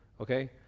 okay